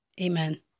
Amen